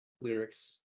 lyrics